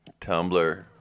Tumblr